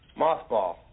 Mothball